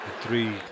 three